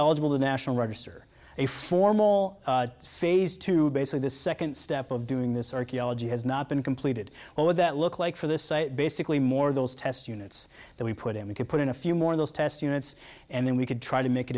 eligible the national register a formal phase two basically the second step of doing this archeology has not been completed what would that look like for this basically more of those test units that we put him in to put in a few more of those test units and then we could try to make a